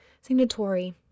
signatory